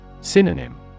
Synonym